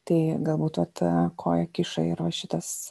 tai gal būt vat koją kiša ir va šitas